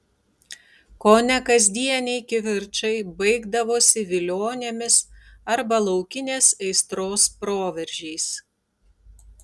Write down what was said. kone kasdieniai kivirčai baigdavosi vilionėmis arba laukinės aistros proveržiais